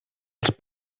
els